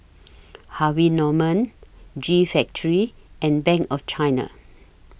Harvey Norman G Factory and Bank of China